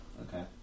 Okay